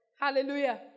Hallelujah